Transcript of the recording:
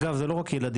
אגב זה לא רק ילדים,